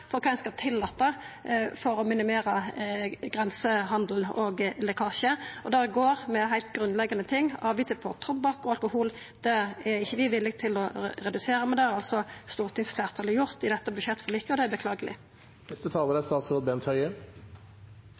for kva ein skal tillata for å minimera grensehandel og lekkasje, og det går på heilt grunnleggjande ting. Avgifter på tobakk og alkohol er vi ikkje villige til å redusera, men det har altså stortingsfleirtalet gjort i dette budsjettforliket. Det er